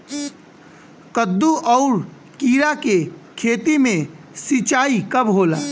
कदु और किरा के खेती में सिंचाई कब होला?